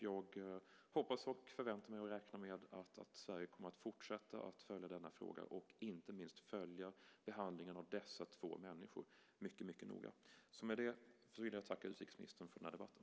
Jag hoppas, förväntar mig och räknar med att Sverige kommer att fortsätta att följa denna fråga och inte minst följa behandlingen av dessa två människor mycket noga. Jag tackar utrikesministern för debatten.